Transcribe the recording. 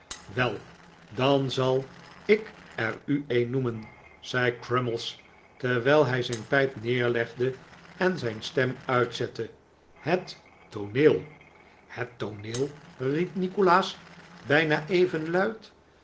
wel dan zal ik er u een noemen zei crummies terwijl hij zijn pijp neerlegde en zijn stem uitzette het tooneel het tooneel riep nikolaas bijna even luid